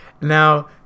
now